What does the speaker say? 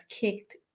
kicked